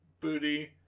booty